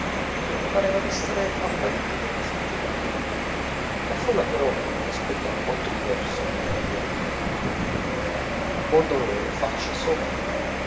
mi pareva d'essere a parigi da una settimana la folla però ha un aspetto alquanto diverso dai tempi ordinarii abbondano le faccie esotiche